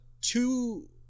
Two